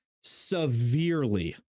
severely